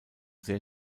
sehr